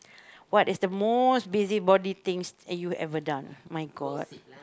what is the most busybody things that you ever done my-god